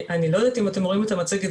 אני לא יודעת אם אתם רואים את המצגת,